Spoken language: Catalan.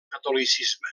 catolicisme